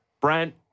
brent